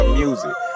music